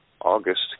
August